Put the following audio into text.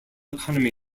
economy